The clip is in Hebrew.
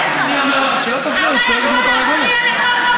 אני לא חברה שלך.